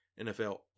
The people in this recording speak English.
NFL